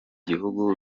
gihugu